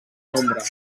nombre